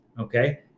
Okay